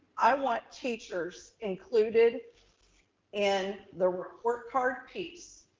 i want teachers included in the report card piece.